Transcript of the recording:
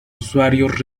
usuarios